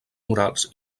morals